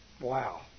Wow